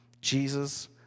Jesus